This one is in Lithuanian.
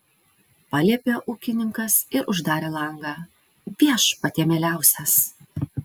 paliepė ūkininkas ir uždarė langą viešpatie mieliausias